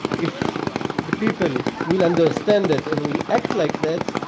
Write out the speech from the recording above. if the people will understand it and will act like that,